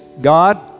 God